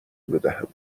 بدهم